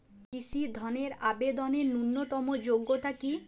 কৃষি ধনের আবেদনের ন্যূনতম যোগ্যতা কী?